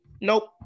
Nope